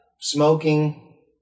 Smoking